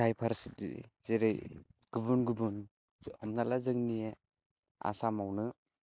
diversity जेरै गुबुन गुबन हमना ला जोंनि आसामावनो